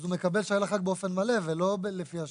אז הוא מקבל שי לחג באופן מלא ולא לפי השעות.